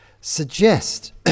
suggest